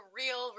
real